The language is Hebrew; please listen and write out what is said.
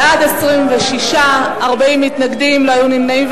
בעד, 26, נגד, 40, ולא היו נמנעים.